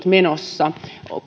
menossa